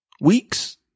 weeks